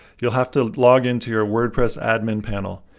you'll have to log in to your wordpress admin panel.